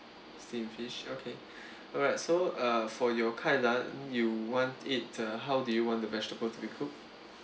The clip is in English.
steam fish okay alright so uh for your kai lan you want it uh how do you want the vegetable to be cooked